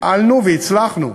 פעלנו והצלחנו,